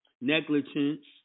negligence